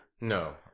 No